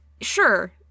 Sure